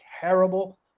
terrible